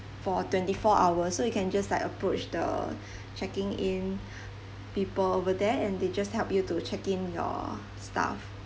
for twenty four hours so you can just like approach the checking in people over there and they just help you to check in your stuff